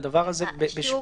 בשוק,